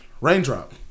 Raindrop